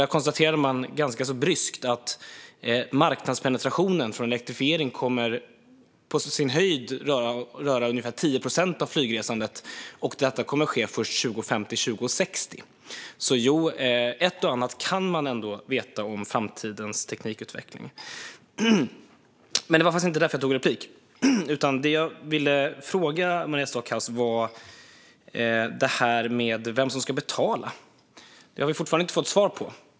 Där konstaterade man ganska bryskt att marknadspenetrationen för en elektrifiering på sin höjd kommer att röra ungefär 10 procent av flygresandet och att detta kommer att ske först 2050-2060. Så jo, ett och annat kan man ändå veta om framtidens teknikutveckling. Men det var faktiskt inte därför jag begärde replik. Det jag ville fråga Maria Stockhaus om handlade om detta med vem som ska betala. Det har vi fortfarande inte fått svar på.